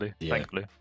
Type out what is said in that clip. Thankfully